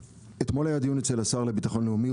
אתמול היה דיון אצל השר לביטחון לאומי,